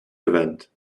event